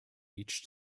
each